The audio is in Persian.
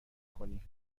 کنی